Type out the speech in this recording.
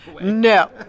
No